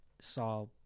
saw